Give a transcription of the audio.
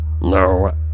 No